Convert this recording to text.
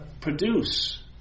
produce